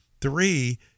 Three